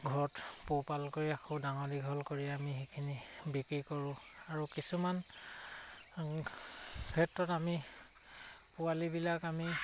ঘৰত পোহপাল কৰি ৰাখোঁ ডাঙৰ লীঘল কৰি আমি সেইখিনি বিক্ৰী কৰোঁ আৰু কিছুমান ক্ষেত্ৰত আমি পোৱালিবিলাক আমি